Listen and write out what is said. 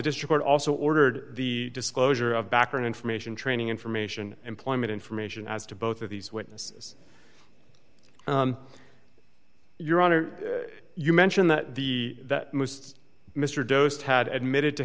district also ordered the disclosure of background information training information employment information as to both of these witnesses your honor you mention that the mr dos had admitted to